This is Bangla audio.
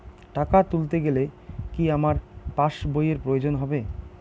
টাকা তুলতে গেলে কি আমার পাশ বইয়ের প্রয়োজন হবে?